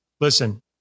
listen